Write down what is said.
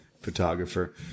photographer